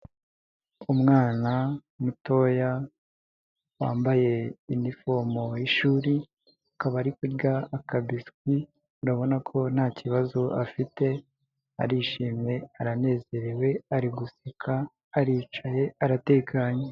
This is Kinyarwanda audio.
Umwana mutoya wambaye inifomo y'ishuri, akaba ari akabiswi, urabona ko ntakibazo afite arishimye, aranezerewe, ari guseka, aricaye, aratekanye.